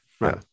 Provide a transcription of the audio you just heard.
right